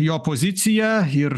jo poziciją ir